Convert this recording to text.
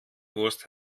wurst